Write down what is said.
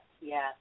yes